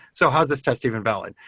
so how is this test even valid?